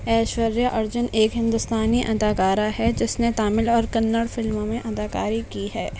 ایشوریا ارجن ایک ہندوستانی اداکارہ ہے جس نے تمل اور کنڑ فلموں میں اداکاری کی ہے